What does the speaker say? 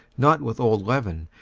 not with old leaven,